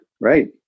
right